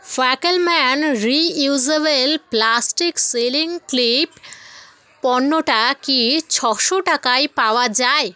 Fackelmann reusable plastic sealing clip পণ্যটা কি ছশো টাকায় পাওয়া যায়